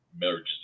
merges